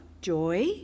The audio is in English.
joy